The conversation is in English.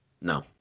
No